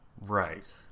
Right